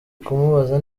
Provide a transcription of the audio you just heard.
kumubaza